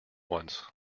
once